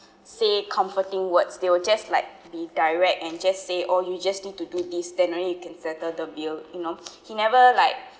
say comforting words they will just like be direct and just say oh you just need to do this then only you can settle the bill you know he never like